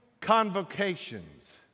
convocations